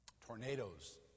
Tornadoes